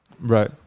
right